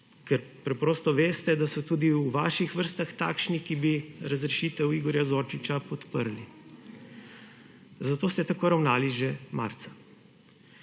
ker preprosto veste, da so tudi v vaših vrstah takšni, ki bi razrešitev Igorja Zorčiča podprli. Zato ste tako ravnali že marca.